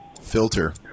Filter